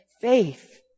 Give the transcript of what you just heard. faith